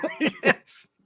Yes